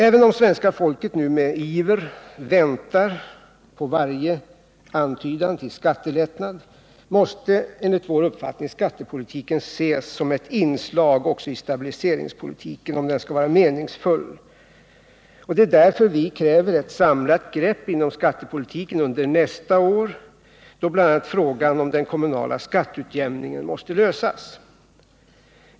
Även om svenska folket med iver väntar på varje antydan till skattelättnad, Nr 54 måste dock skattepolitiken ses som ett inslag i stabiliseringspolitiken om den Torsdagen den skall vara meningsfull. Därför kräver vi ett samlat grepp inom skattepolitiken — 14 december 1978 under nästa år, då bl.a. frågan om den kommunala skatteutjämningen måste . lösas.